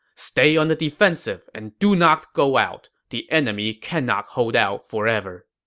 stay on the defensive and do not go out. the enemy cannot hold out forever.